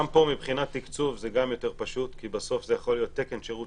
גם פה מבחינת תקצוב זה יותר פשוט כי בסוף זה יכול להיות תקן שירות